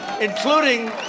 Including